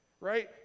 right